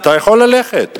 אתה יכול ללכת.